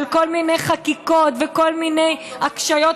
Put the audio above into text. של כל מיני חקיקות וכל מיני הקשיות.